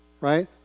Right